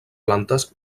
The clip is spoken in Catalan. plantes